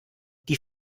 die